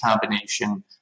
combination